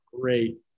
Great